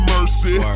Mercy